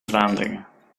vlaanderen